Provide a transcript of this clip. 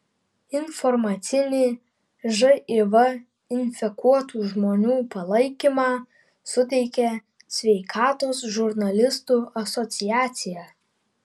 informacinį živ infekuotų žmonių palaikymą suteikia sveikatos žurnalistų asociacija